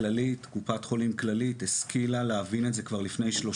קופת חולים כללית השכילה להבין את זה כבר לפני 30